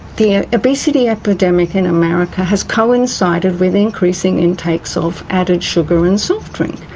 the obesity epidemic in america has coincided with increasing intakes of added sugar in soft drink.